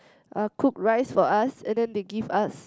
uh cook rice for us and then they give us